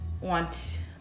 want